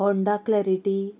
Honda clarity